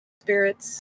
spirits